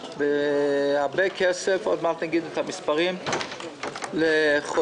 הרבה כסף עוד מעט נאמר את המספרים לחולים,